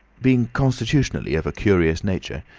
being constitutionally of a curious nature,